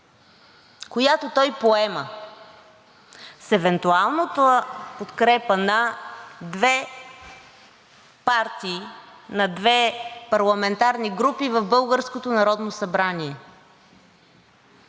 която той поема с евентуалната подкрепа на две партии, на две парламентарни групи в българското Народно събрание.